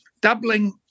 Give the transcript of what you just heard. doubling